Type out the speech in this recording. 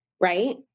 right